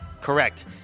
Correct